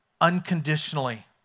unconditionally